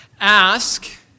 Ask